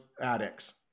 addicts